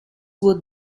would